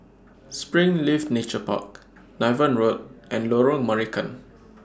Springleaf Nature Park Niven Road and Lorong Marican